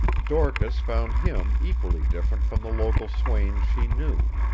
dorcas found him equally different from the local swains she knew.